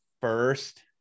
first